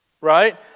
right